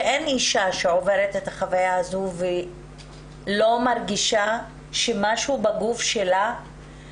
שאין אישה שעוברת את החוויה הזו והיא לא מרגישה שמשהו בגוף שלה,